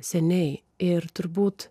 seniai ir turbūt